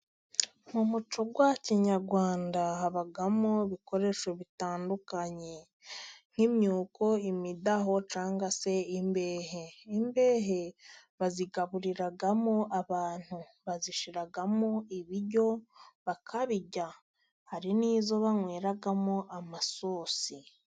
Mu muco wa kinyarwanda habamo ibikoresho bitandukanye, nk'imyuko, imidaho cyangwa se imbehe. Imbehe bazigaburiramo abantu, bazishyiramo ibiryo bakabirya. Hari n'izo banyweramo amasosi.